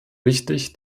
wichtig